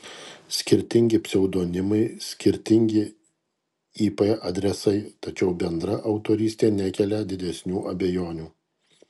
skirtingi pseudonimai skirtingi ip adresai tačiau bendra autorystė nekelia didesnių abejonių